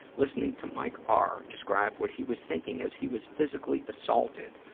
listening to mike r. describe what he was thinking as he was physically assaulted,